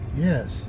Yes